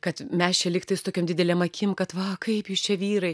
kad mes čia lyg tai su tokiom didelėm akim kad va kaip jūs čia vyrai